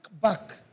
back